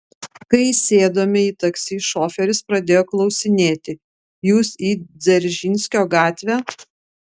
kai įsėdome į taksi šoferis pradėjo klausinėti jūs į dzeržinskio gatvę